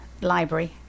library